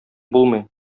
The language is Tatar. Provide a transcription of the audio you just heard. булмый